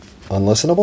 Unlistenable